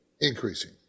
increasing